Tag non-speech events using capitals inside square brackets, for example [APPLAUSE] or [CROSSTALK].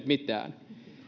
[UNINTELLIGIBLE] mitään